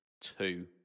two